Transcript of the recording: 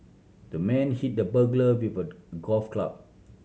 the man hit the burglar with the golf club